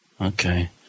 Okay